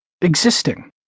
existing